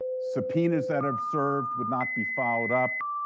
subpoenas that have served would not be followed up.